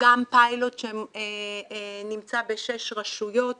גם פיילוט שנמצא בשש רשויות,